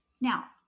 Now